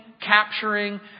capturing